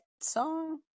song